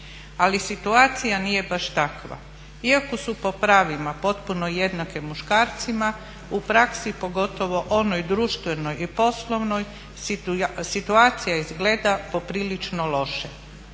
Ali situacija nije baš takva. Iako su po pravima potpuno jednake muškarcima u praksi pogotovo onoj društvenoj i poslovnoj situacija izgleda poprilično loše.